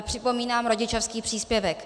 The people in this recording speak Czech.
Připomínám rodičovský příspěvek.